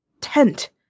tent